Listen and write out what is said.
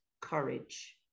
courage